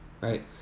Right